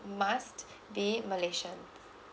must be malayisan